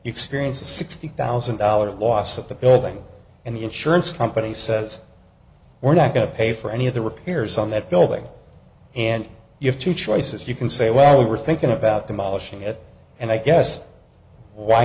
experience a sixty thousand dollars loss at the building and the insurance company says we're not going to pay for any of the repairs on that building and you have two choices you can say well we were thinking about demolishing it and i guess why